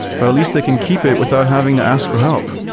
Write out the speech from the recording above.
but at least they can keep it without having to ask for help,